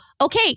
Okay